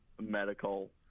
medical